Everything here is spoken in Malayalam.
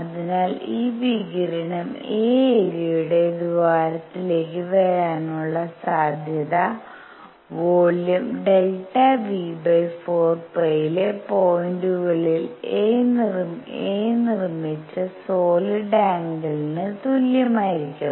അതിനാൽ ഈ വികിരണം a ഏരിയയുടെ ദ്വാരത്തിലേക്ക് വരാനുള്ള സാധ്യത വോള്യം Δ V 4 π ലെ പോയിന്റുകളിൽ a നിർമ്മിച്ച സോളിഡ് ആംഗിൾന് തുല്യമായിരിക്കും